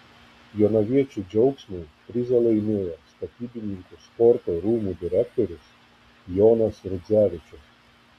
jonaviečių džiaugsmui prizą laimėjo statybininkų sporto rūmų direktorius jonas rudzevičius